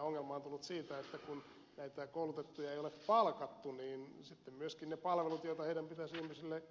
ongelma on tullut siitä että kun näitä koulutettuja ei ole palkattu niin sitten myöskin ne palvelut joita heidän pitäisi ihmisille